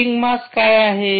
tipping मास काय असावे